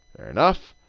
fair enough.